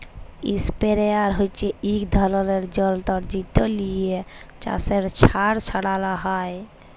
ইসপেরেয়ার হচ্যে এক ধরলের যন্তর যেট লিয়ে চাসের জমিতে সার ছড়ালো হয়